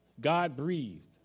God-breathed